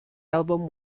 album